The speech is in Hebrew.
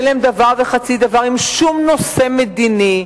ואין להם דבר וחצי דבר עם שום נושא מדיני,